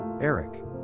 Eric